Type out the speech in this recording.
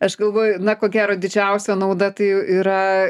aš galvoju na ko gero didžiausia nauda tai yra